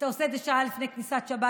אתה עושה את זה שעה לפני כניסת שבת?